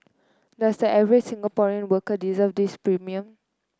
does the average Singaporean worker deserve this premium